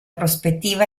prospettiva